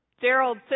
Gerald